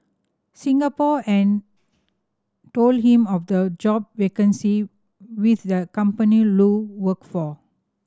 Singapore and told him of the job vacancy with the company Lu worked for